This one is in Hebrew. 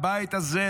הבית הזה,